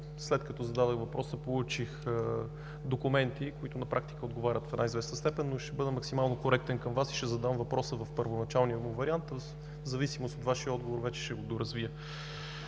след като зададох въпроса, получих документи, които на практика отговарят в една известна степен, но ще бъда максимално коректен към Вас и ще задам въпроса в първоначалния му вариант, а в зависимост от Вашия отговор ще го доразвия.